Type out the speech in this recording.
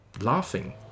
laughing